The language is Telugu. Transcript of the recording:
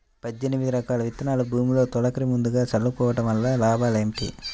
పద్దెనిమిది రకాల విత్తనాలు భూమిలో తొలకరి ముందుగా చల్లుకోవటం వలన లాభాలు ఏమిటి?